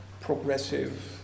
progressive